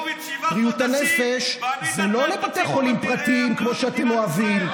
בריאות הנפש זה לא לבתי חולים פרטיים כמו שאתם אוהבים.